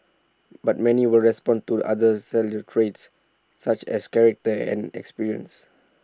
but many will respond to other salient traits such as character and experience